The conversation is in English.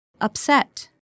Upset